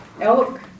elk